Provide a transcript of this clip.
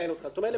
כלומר למשל,